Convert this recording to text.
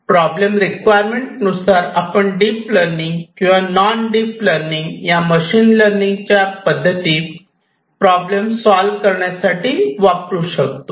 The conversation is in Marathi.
प्रॉब्लेम रिक्वायरमेंट नुसार आपण डीप लर्निंग किंवा नॉन डीप लर्निंग या मशीन लर्निंग च्या पद्धती प्रॉब्लेम सॉल करण्यासाठी वापरू शकतो